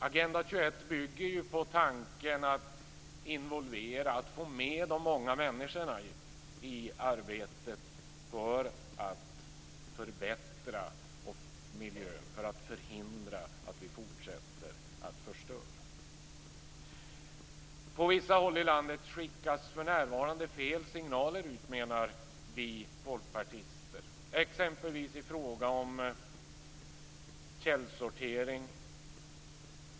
Agenda 21 bygger ju på tanken att involvera, att få med de många människorna i arbetet för att förbättra miljön och förhindra att vi fortsätter förstöra. På vissa håll i landet skickas för närvarande fel signaler ut, menar vi folkpartister. Det gäller exempelvis i fråga om källsortering.